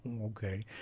Okay